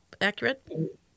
accurate